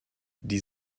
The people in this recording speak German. die